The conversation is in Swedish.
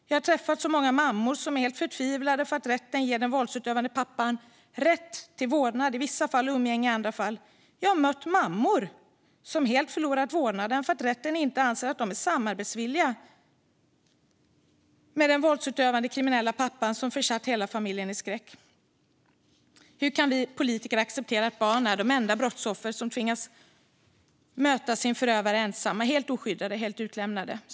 Jag har träffat så många mammor som är helt förtvivlade för att rätten ger den våldsutövande pappan rätt till vårdnad i vissa fall och umgänge i andra fall. Jag har mött mammor som helt förlorat vårdnaden för att rätten inte anser att de är samarbetsvilliga med den våldsutövande kriminella pappan som försatt hela familjen i skräck. Hur kan vi politiker acceptera att barn är de enda brottsoffer som tvingas möta sin förövare ensamma, helt oskyddade, helt utlämnade?"